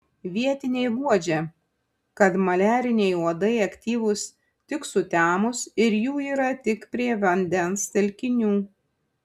vietiniai guodžia kad maliariniai uodai aktyvūs tik sutemus ir jų yra tik prie vandens telkinių